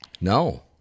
No